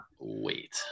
wait